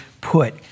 put